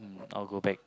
mm I'll go back